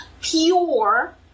pure